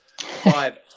five